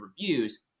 reviews